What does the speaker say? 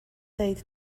ddweud